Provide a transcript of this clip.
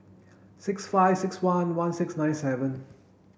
six five six one one six nine seven